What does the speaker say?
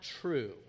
true